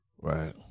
Right